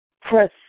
Press